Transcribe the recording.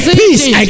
peace